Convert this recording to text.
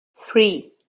three